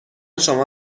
شما